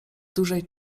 dużej